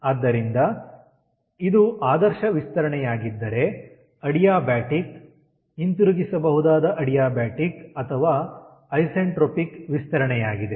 ಆದ್ದರಿಂದ ಇದು ಆದರ್ಶ ವಿಸ್ತರಣೆಯಾಗಿದ್ದರೆ ಅಡಿಯಾಬಾಟಿಕ್ ಹಿಂತಿರುಗಿಸಬಹುದಾದ ಅಡಿಯಾಬಾಟಿಕ್ ಅಥವಾ ಐಸೆಂಟ್ರೊಪಿಕ್ ವಿಸ್ತರಣೆಯಾಗಿದೆ